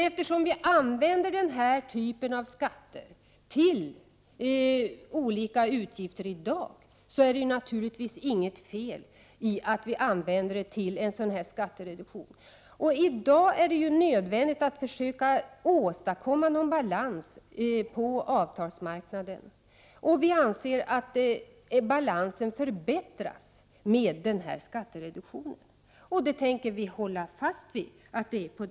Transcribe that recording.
Eftersom vi använder lenna typ av skatter till olika utgifter redan i dag, är det naturligtvis inget fel tt använda dem till en skattereduktion. Det är nödvändigt att försöka stadkomma balans på avtalsmarknaden. Vi anser att denna balans förbätt 21 ras med skattereduktionen, och vi tänker hålla fast vid att det är så.